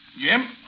Jim